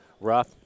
rough